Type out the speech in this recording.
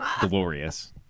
glorious